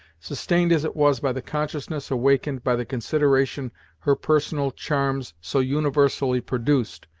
sustained as it was by the consciousness awakened by the consideration her personal charms so universally produced,